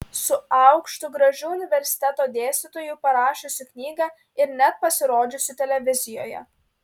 su aukštu gražiu universiteto dėstytoju parašiusiu knygą ir net pasirodžiusiu televizijoje